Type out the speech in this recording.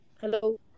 Hello